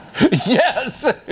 Yes